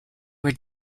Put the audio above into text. were